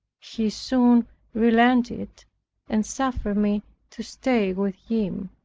he soon relented and suffered me to stay with him.